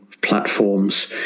platforms